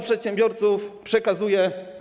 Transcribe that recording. Przedsiębiorcom przekazuje.